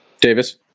Davis